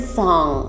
song